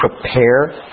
prepare